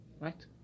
Right